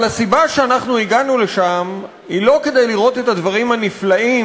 אבל אנחנו הגענו לשם לא כדי לראות את הדברים הנפלאים